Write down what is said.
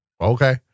okay